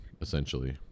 essentially